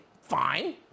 fine